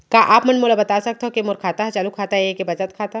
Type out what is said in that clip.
का आप मन मोला बता सकथव के मोर खाता ह चालू खाता ये के बचत खाता?